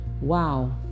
wow